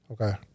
Okay